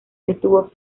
estuvo